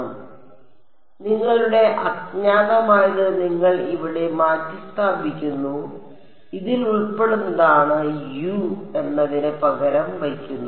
അതിനാൽ നിങ്ങളുടെ അജ്ഞാതമായത് നിങ്ങൾ ഇവിടെ മാറ്റിസ്ഥാപിക്കുന്നു ഇതിൽ ഉൾപ്പെടുന്നതാണ് യു എന്നതിന് പകരം വയ്ക്കുന്നത്